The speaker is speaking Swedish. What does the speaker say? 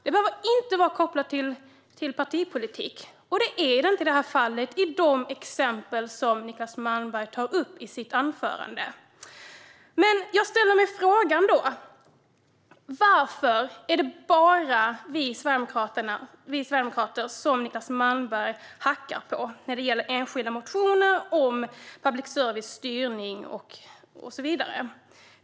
Det behöver inte vara kopplat till partipolitik, och det är det inte heller i de exempel som Niclas Malmberg tar upp i sitt anförande. Jag ställer mig frågan: Varför är det bara oss sverigedemokrater som Niclas Malmberg hackar på när det gäller enskilda motioner om public services styrning och så vidare?